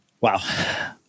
Wow